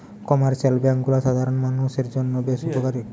commercial bank গুলা সাধারণ মানুষের জন্য বেশ উপকারী